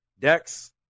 Dex